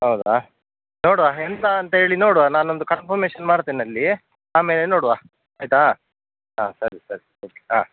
ಹೌದಾ ನೋಡುವ ಎಂತ ಅಂತ ಹೇಳಿ ನೋಡುವ ನಾನೊಂದು ಕನ್ಫರ್ಮೇಷನ್ ಮಾಡ್ತೇನೆ ಅಲ್ಲಿ ಆಮೇಲೆ ನೋಡುವ ಆಯ್ತಾ ಹಾಂ ಸರಿ ಸರಿ ಓಕೆ ಹಾಂ